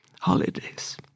holidays